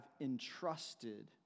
entrusted